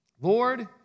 Lord